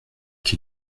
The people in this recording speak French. qui